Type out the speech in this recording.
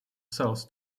cells